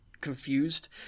confused